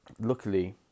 luckily